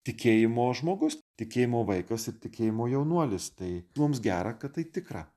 tikėjimo žmogus tikėjimo vaikas ir tikėjimo jaunuolis tai mums gera kad tai tikra